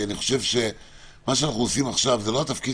כי מה שאנחנו עושים עכשיו זה לא תפקיד